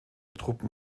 truppen